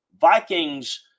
Vikings